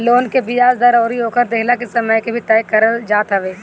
loan के बियाज दर अउरी ओकर देहला के समय के भी तय करल जात हवे